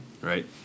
Right